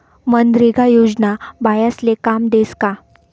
मनरेगा योजना बायास्ले काम देस का?